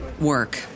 work